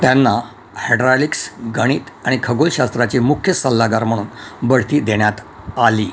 त्यांना हैड्रॉलिक्स्स् गणित आणि खगोलशास्त्राचे मुख्य सल्लागार म्हणून बढती देण्यात आली